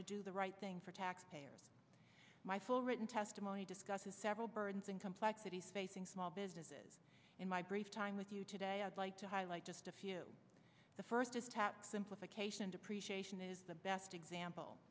to do the right thing for my full written testimony discusses several words and complexities facing small businesses in my brief time with you today i'd like to highlight just a few the first this tax simplification depreciation is the best example